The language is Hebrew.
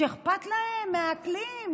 שאכפת להם מהאקלים,